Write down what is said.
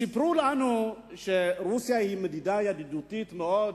סיפרו לנו שרוסיה היא מדינה ידידותית מאוד,